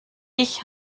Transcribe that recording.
ich